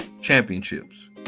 championships